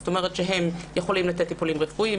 זאת אומרת, הם יכולים לתת טיפולים רפואיים,